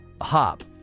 hop